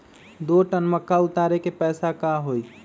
दो टन मक्का उतारे के पैसा का होई?